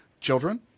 Children